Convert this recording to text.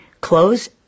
close